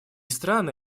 страны